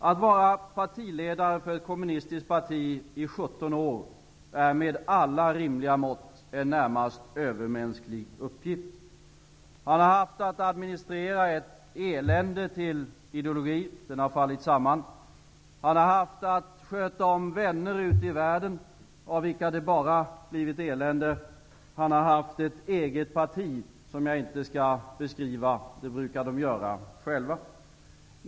Att vara partiledare för ett kommunistiskt parti i 17 år är med alla rimliga mått en närmast övermänsklig uppgift. Han har haft att administrera ett elände till ideologi. Den har fallit samman. Han har haft att sköta om vänner ute i världen, av vilka det bara kommit elände. Han har haft ett eget parti som jag inte skall beskriva. Det brukar de göra själva.